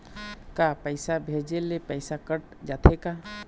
का पैसा भेजे ले पैसा कट जाथे का?